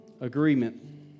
agreement